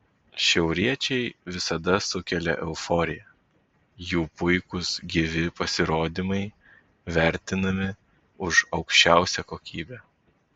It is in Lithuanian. šiauriečiai visada sukelia euforiją jų puikūs gyvi pasirodymai vertinami už aukščiausią kokybę